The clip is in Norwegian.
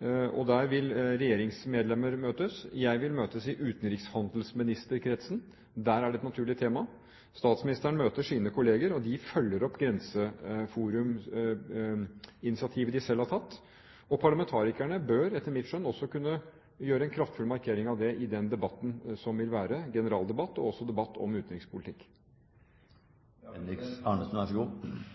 Der vil regjeringsmedlemmer møtes. Jeg vil møte i utenriks- og handelsministerkretsen, der er det et naturlig tema. Statsministeren møter sine kollegaer, og de følger opp grensehinderforumsinitiativet de selv har tatt. Og parlamentarikerne bør, etter mitt skjønn, også kunne gjøre en kraftfull markering av det i den debatten som vil være, generaldebatten og også debatt om